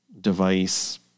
device